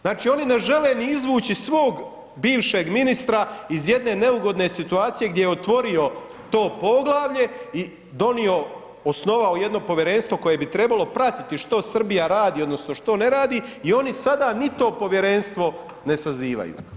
Znači, oni ne žele ni izvući svog bivšeg ministra iz jedne neugodne situacije gdje je otvorio to poglavlje i osnovao jedno povjerenstvo koje bi trebalo pratiti što Srbija radi odnosno što ne radi i oni sada ni to povjerenstvo ne sazivaju.